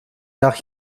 nach